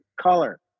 color